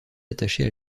attachées